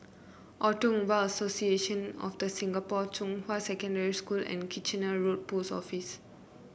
Automobile Association of The Singapore Zhonghua Secondary School and Kitchener Road Post Office